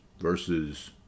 versus